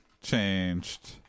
changed